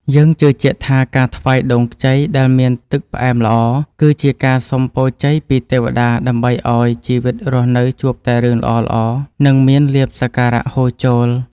យើងជឿជាក់ថាការថ្វាយដូងខ្ចីដែលមានទឹកផ្អែមល្អ គឺជាការសុំពរជ័យពីទេវតាដើម្បីឱ្យជីវិតរស់នៅជួបតែរឿងល្អៗ និងមានលាភសក្ការៈហូរចូល។